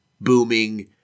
booming